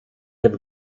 have